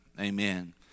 Amen